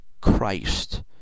Christ